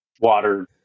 water